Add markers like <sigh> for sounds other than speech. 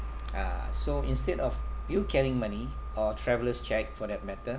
<noise> ah so instead of you carrying money or traveler's check for that matter